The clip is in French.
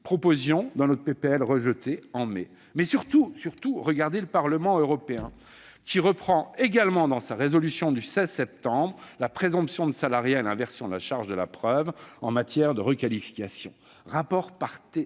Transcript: proposition de loi rejetée au mois de mai. Mais surtout, regardez le Parlement européen, qui reprend également dans sa résolution du 16 septembre la présomption de salariat et l'inversion de la charge de la preuve en matière de requalification. Ce rapport a été